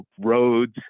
roads